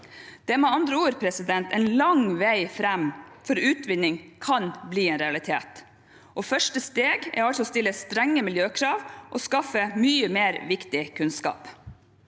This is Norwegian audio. Det er med andre ord en lang vei fram før utvinning kan bli en realitet, og første steg er altså å stille strenge miljøkrav og å skaffe mye mer viktig kunnskap.